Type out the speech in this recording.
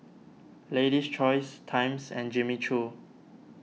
Lady's Choice Times and Jimmy Choo